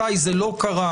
מתי זה לא קרה?